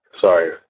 sorry